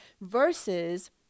versus